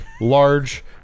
large